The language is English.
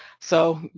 so,